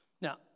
Now